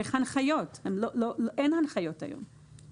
צריך הנחיות, ואין הנחיות היום.